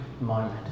moment